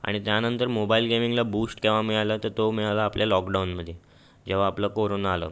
आणि त्यानंतर मोबाईल गेमिंगला बूष्ट केव्हा मिळालं तर तो मिळाला आपल्या लॉकडाऊनमध्ये जेव्हा आपलं कोरोना आलं